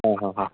ହଁ ହଁ ହଁ